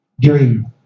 Dream